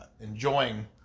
enjoying